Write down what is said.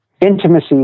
Intimacy